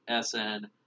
SN